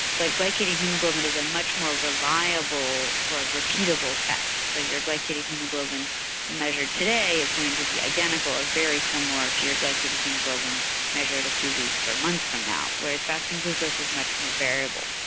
but glycated haemoglobin is a much more reliable or repeatable test so ah your glycated haemoglobin measured today is going to be identical or very similar to your glycated haemoglobin measured a few weeks or months from now, whereas fasting glucose is much more variable.